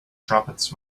trumpets